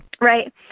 right